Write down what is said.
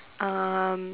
um